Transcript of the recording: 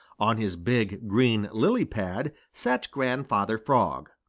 on his big, green lily-pad sat grandfather frog.